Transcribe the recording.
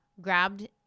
Grabbed